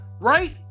Right